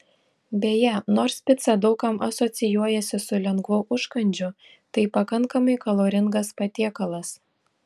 beje nors pica daug kam asocijuojasi su lengvu užkandžiu tai pakankamai kaloringas patiekalas